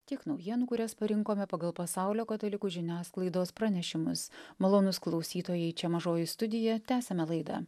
tiek naujienų kurias parinkome pagal pasaulio katalikų žiniasklaidos pranešimus malonūs klausytojai čia mažoji studija tęsiame laidą